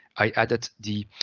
i added the